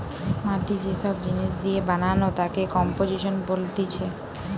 মাটি যে সব জিনিস দিয়ে বানানো তাকে কম্পোজিশন বলতিছে